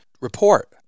report